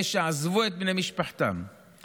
את אלה שעזבו את בני משפחתם מאחור,